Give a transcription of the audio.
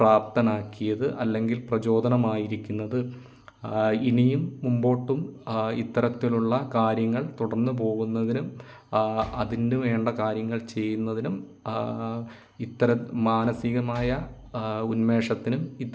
പ്രാപ്തനാക്കിയത് അല്ലെങ്കിൽ പ്രചോദനമായിരിക്കുന്നത് ഇനിയും മുമ്പോട്ടും ഇത്തരത്തിലുള്ള കാര്യങ്ങൾ തുടർന്നു പോകുന്നതിനും അതിനു വേണ്ട കാര്യങ്ങൾ ചെയ്യുന്നതിനും ഇത്തരം മാനസികമായ ഉന്മേഷത്തിനും